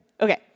Okay